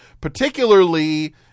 particularly